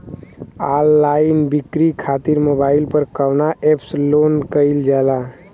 Online बिक्री खातिर mobile पर कवना एप्स लोन कईल जाला?